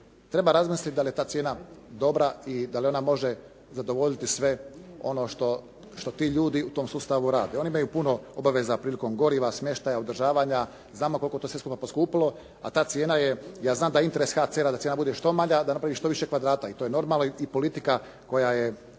treba razmisliti da li je ta cijena dobra i da li ona može zadovoljiti sve ono što ti ljudi u tom sustavu rade. Oni imaju puno obaveza prilikom goriva, smještaja, održavanja, znamo koliko je to sve skupa poskupilo, a ta cijena je, ja znam da je interes HCR-a da cijena bude što manja, da napravi što više kvadrata i to je normalno i politika koju bi